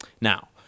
now